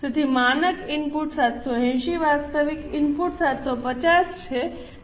તેથી માનક ઇનપુટ 780 વાસ્તવિક ઇનપુટ 75૦ છે